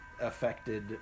affected